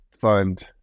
fund